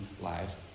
lives